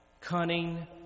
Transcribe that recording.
Cunning